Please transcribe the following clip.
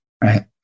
Right